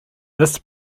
this